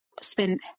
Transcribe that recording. spend